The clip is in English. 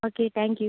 okay thank you